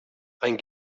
ein